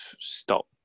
stop